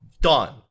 Done